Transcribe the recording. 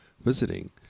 visiting